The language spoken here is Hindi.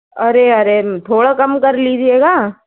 अरे अरे थोड़ा कम कर लीजिएगा